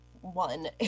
one